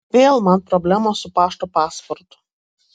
vėl man problemos su pašto pasvordu